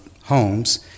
homes